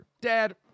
Dad